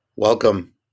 Welcome